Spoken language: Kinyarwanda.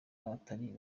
abatari